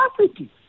capacity